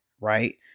right